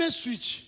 switch